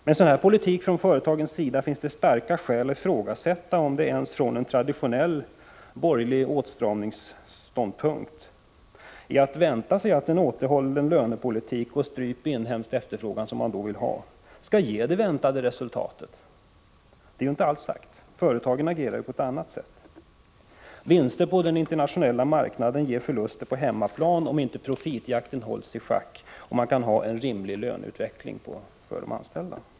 Med sådan här politik från företagens sida finns det starka skäl att ifrågasätta om det ens, från en traditionell borgerlig åtstramningsståndpunkt, är att vänta sig att en återhållsam lönepolitik och strypt inhemsk efterfrågan, som man ju vill ha, skall ge det väntade resultatet. Det är inte alls säkert, för företagen agerar ju på annat sätt. Vinster på den internationella marknaden ger förluster på hemmamarknaden om inte profitjakten hålls i schack och man kan ha en rimlig löneutveckling för de anställda.